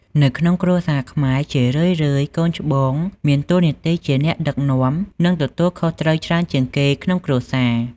នៅក្នុងគ្រួសារខ្មែរ ជារឿយៗកូនច្បងមានតួនាទីជាអ្នកដឹកនាំ និងទទួលខុសត្រូវច្រើនជាងគេក្នុងគ្រួសារ។